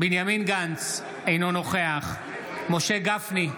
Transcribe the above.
בנימין גנץ, אינו נוכח משה גפני,